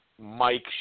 Mike